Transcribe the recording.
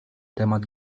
temat